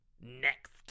Next